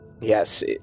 Yes